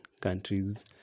countries